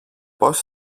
πώς